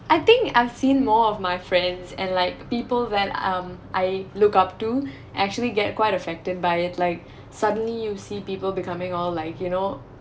I think I've seen more of my friends and like people that um I look up to actually get quite affected by it like suddenly you see people becoming all like you know